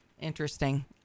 Interesting